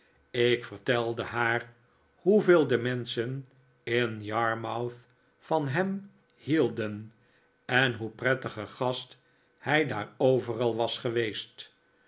ik vertelde haar hoeyeel de menschen in yarmouth van hem hielden en hoe'n prettige gast hij daar overal was geweest